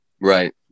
Right